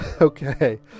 okay